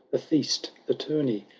the feast, the toazney,